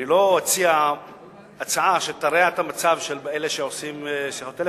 אני לא אציע הצעה שתרע את המצב של אלה שעושים שיחות טלפון.